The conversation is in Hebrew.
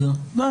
די.